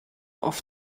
auf